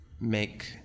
make